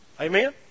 Amen